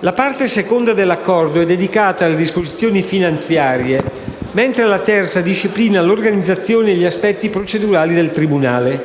La parte seconda dell'Accordo è dedicata alle disposizioni finanziarie, mentre la parte terza disciplina l'organizzazione e gli aspetti procedurali del tribunale